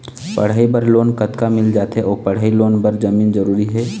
पढ़ई बर लोन कतका मिल जाथे अऊ पढ़ई लोन बर जमीन जरूरी हे?